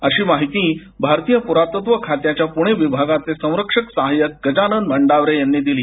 अशी माहिती भारतीय प्रातत्व खात्याच्या पुणे विभागाचे संरक्षक सहाय्यक गजानन मंडावरे यांनी दिली